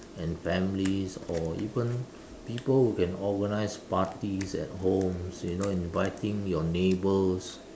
and families or even people who can organize parties at homes you know inviting your neighbours